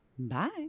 Bye